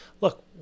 look